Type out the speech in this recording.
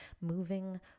moving